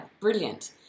brilliant